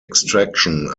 extraction